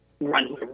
run